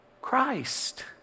Christ